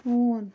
ہوٗن